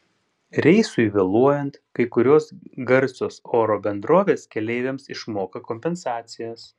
reisui vėluojant kai kurios garsios oro bendrovės keleiviams išmoka kompensacijas